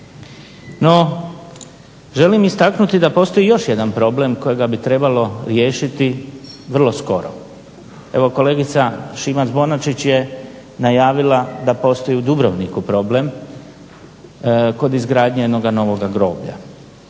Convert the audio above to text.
No želim istaknuti da postoji još jedan problem kojega bi trebalo riješiti vrlo skoro. Evo kolegica Šimac-Bonačić je najavila da postoji i u Dubrovniku problem kod izgradnje jednoga novoga groblja.